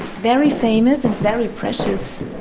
very famous and very precious.